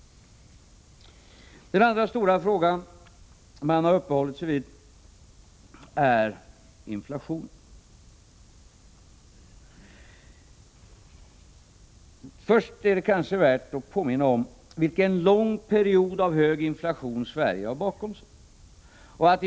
Den andra stora frågan man uppehållit sig vid i dag är inflationen. Först är det kanske värt att påminna om den långa tid av hög inflation som Sverige har bakom sig.